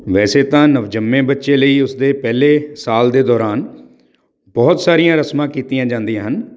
ਵੈਸੇ ਤਾਂ ਨਵਜੰਮੇ ਬੱਚੇ ਲਈ ਉਸਦੇ ਪਹਿਲੇ ਸਾਲ ਦੇ ਦੌਰਾਨ ਬਹੁਤ ਸਾਰੀਆਂ ਰਸਮਾਂ ਕੀਤੀਆਂ ਜਾਂਦੀਆਂ ਹਨ